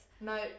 No